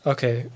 Okay